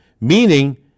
Meaning